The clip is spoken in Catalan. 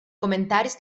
comentaris